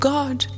God